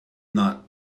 not